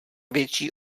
větší